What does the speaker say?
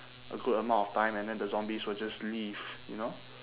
a good amount of time and then the zombies will just leave you know